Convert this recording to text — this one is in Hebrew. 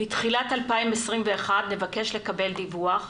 בתחילת 2021 נבקש לקבל דיווח.